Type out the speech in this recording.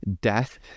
death